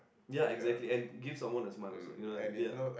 ya exactly and give someone a smile also you know ya